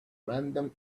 random